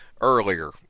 earlier